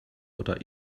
oder